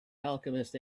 alchemist